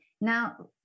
now